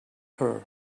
her